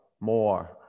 more